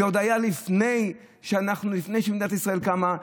זה היה עוד לפני שמדינת ישראל קמה,